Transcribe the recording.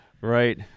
Right